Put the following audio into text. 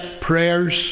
prayers